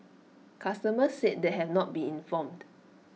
customers said they had not been informed